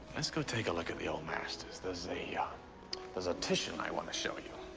let's go take a look at the old masters. there's a, yeah ah there's a titian i want to show you.